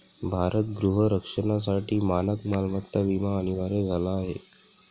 भारत गृह रक्षणासाठी मानक मालमत्ता विमा अनिवार्य झाला आहे